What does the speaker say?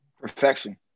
Perfection